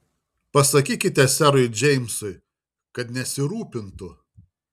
pasakykite serui džeimsui kad nesirūpintų